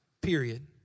period